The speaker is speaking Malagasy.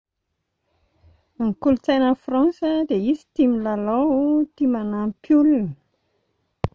Ny kolosaina any France a dia izy tia milalao tia manampy olona